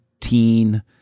teen